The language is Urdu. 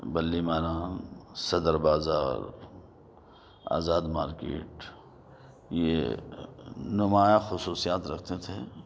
بلی ماراں صدر بازار آزاد مارکیٹ یہ نمایاں خصوصیات رکھتے تھے